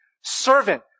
Servant